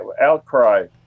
outcry